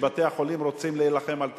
שאז בתי-החולים רוצים להילחם על תקציב.